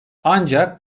ancak